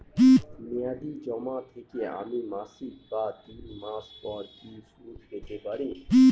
মেয়াদী জমা থেকে আমি মাসিক বা তিন মাস পর কি সুদ পেতে পারি?